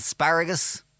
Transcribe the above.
Asparagus